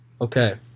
Okay